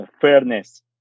fairness